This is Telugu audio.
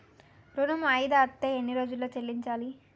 ఋణం వాయిదా అత్తే ఎన్ని రోజుల్లో చెల్లించాలి?